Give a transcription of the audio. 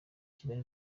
kigali